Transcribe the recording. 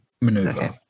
maneuver